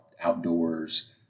outdoors